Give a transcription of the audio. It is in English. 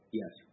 yes